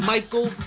Michael